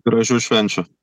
gražių švenčių